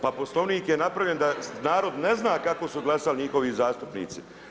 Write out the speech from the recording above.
Pa Poslovnik je napravljen da narod ne zna kako su glasali njihovi zastupnici.